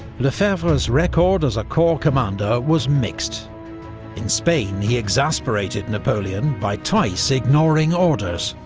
lefebvre's record as a corps commander was mixed in spain he exasperated napoleon by twice ignoring orders.